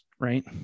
Right